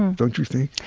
um don't you think?